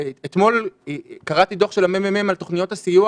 אתמול קראתי דוח של הממ"מ על תוכניות הסיוע